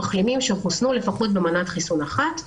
מחלימים שחוסנו לפחות במנת חיסון אחת,